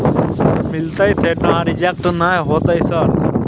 Sir मिलते थे ना रिजेक्ट नय होतय सर?